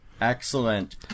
excellent